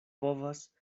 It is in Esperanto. povas